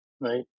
right